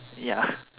ya